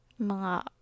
mga